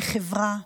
כחברה,